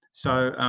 so,